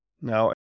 now